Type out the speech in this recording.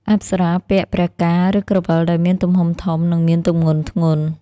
អប្សរាពាក់ "ព្រះកាណ៌" ឬក្រវិលដែលមានទំហំធំ និងមានទម្ងន់ធ្ងន់។